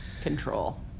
control